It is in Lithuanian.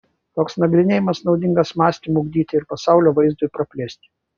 toks nagrinėjimas naudingas mąstymui ugdyti ir pasaulio vaizdui praplėsti